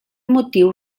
motiu